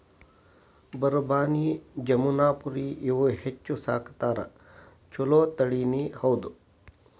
ಬರಬಾನಿ, ಜಮನಾಪುರಿ ಇವ ಹೆಚ್ಚ ಸಾಕತಾರ ಚುಲೊ ತಳಿನಿ ಹೌದ